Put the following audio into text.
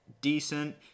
decent